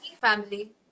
family